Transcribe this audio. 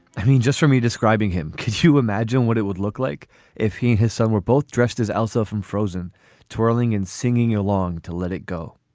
i mean, just for me describing him. could you imagine what it would look like if he or his son were both dressed as elsa from frozen twirling and singing along to let it go?